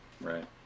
Right